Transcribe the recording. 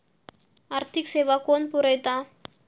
आर्थिक सेवा कोण पुरयता?